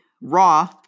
Raw